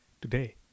today